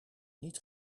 niet